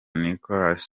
nicolas